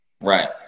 Right